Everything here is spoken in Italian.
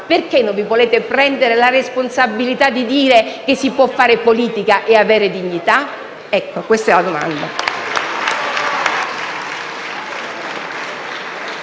perché non vi volete prendere la responsabilità di dire che si può fare politica e avere dignità*? (Applausi dai